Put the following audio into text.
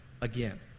again